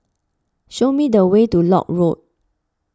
show me the way to Lock Road